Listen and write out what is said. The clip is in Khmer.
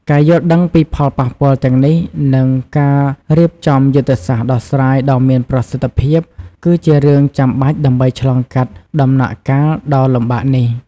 ការយល់ដឹងពីផលប៉ះពាល់ទាំងនេះ និងការរៀបចំយុទ្ធសាស្ត្រដោះស្រាយដ៏មានប្រសិទ្ធភាព គឺជារឿងចាំបាច់ដើម្បីឆ្លងកាត់ដំណាក់កាលដ៏លំបាកនេះ។